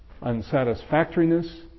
unsatisfactoriness